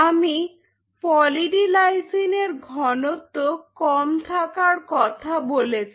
আমি poly D লাইসিনের ঘনত্ব কম থাকার কথা বলেছি